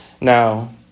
Now